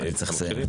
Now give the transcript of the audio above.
אני צריך לסיים.